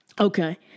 Okay